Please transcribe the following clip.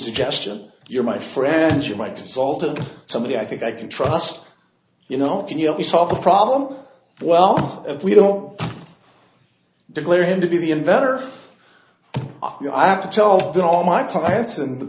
suggestion you're my friend you my consultant somebody i think i can trust you know can you help me solve the problem well if we don't declare him to be the inventor i have to tell them all my clients and the